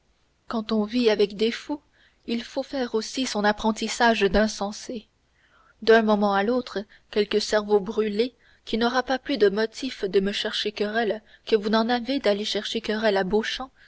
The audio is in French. quand on vit avec des fous il faut faire aussi son apprentissage d'insensé d'un moment à l'autre quelque cerveau brûlé qui n'aura pas plus de motif de me chercher querelle que vous n'en avez d'aller chercher querelle